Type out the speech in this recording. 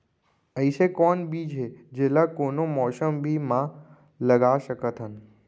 अइसे कौन बीज हे, जेला कोनो मौसम भी मा लगा सकत हन?